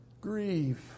grieve